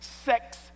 Sex